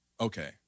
Okay